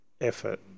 effort